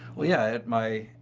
well, yeah, at my.